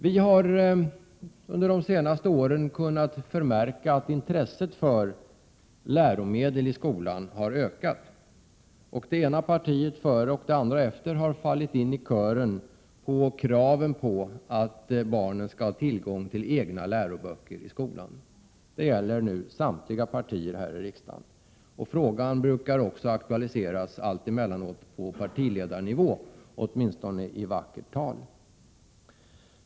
Vi har under de senaste åren kunnat förmärka att intresset för läromedel i skolan har ökat. Det ena partiet före och det andra efter har fallit in i kören som har krävt att barnen skall ha tillgång till egna läroböcker i skolan. Detta gäller nu samtliga partier här i riksdagen. Frågan brukar också allt emellanåt aktualiseras på partiledarnivå, åtminstonde i vackert tal.